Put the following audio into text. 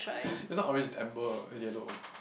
that's not orange it's amber it's yellow